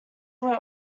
were